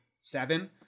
seven